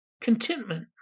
contentment